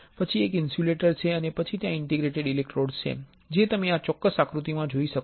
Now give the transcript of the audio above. પછી એક ઇન્સ્યુલેટર છે અને પછી ત્યાં ઇન્ટરડિજિટેટેડ ઇલેક્ટ્રોડ્સ છે જે તમે આ ચોક્કસ આકૃતિમાં જોઈ શકો છો